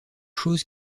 choses